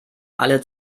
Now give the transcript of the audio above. alle